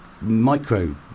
Micro